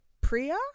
Priya